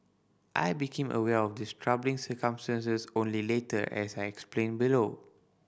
I became aware of these troubling circumstances only later as I explain below